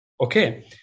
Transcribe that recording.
Okay